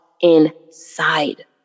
inside